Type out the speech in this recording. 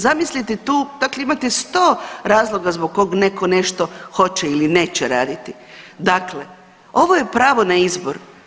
Zamislite tu dakle imate sto razloga zbog kog neko nešto hoće ili neće raditi, dakle ovo je pravo na izbor.